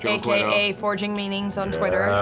aka forgingmeanings on twitter.